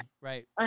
Right